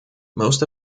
most